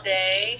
day